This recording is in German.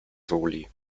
soli